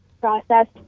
processed